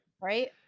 Right